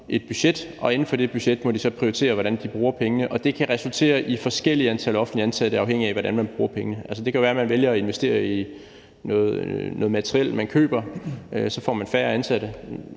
et budget og inden for det budget må de så prioritere, hvordan de bruger pengene. Det kan resultere i forskellige antal offentligt ansatte, afhængigt af hvordan man bruger pengene. Det kan være, man vælger at investere i noget materiel, som man køber, og så får man færre ansatte.